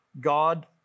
God